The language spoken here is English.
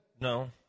No